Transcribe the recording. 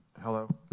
hello